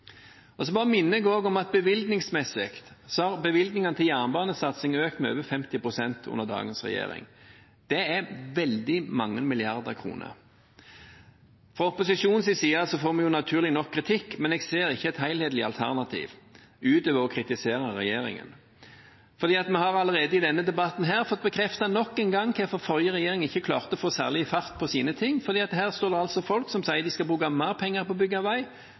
også om at bevilgningene til jernbanesatsing har økt med over 50 pst. med dagens regjering. Det er veldig mange milliarder kroner. Fra opposisjonens side får vi naturlig nok kritikk, men jeg ser ikke et helhetlig alternativ utover det å kritisere regjeringen. Vi har allerede i denne debatten fått bekreftet nok en gang hvorfor forrige regjering ikke klarte å få særlig fart på sine ting. Her står det altså folk som sier de skal bruke mer penger på